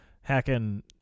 hacking